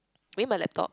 maybe my laptop